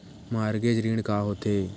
Mortgage ऋण का होथे?